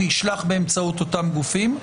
וישלח באמצעות אותם גופים.